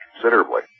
considerably